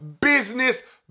business